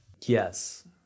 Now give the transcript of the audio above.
yes